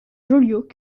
joliot